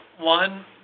One